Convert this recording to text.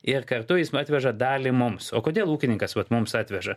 ir kartu jis atveža dalį mums o kodėl ūkininkas vat mums atveža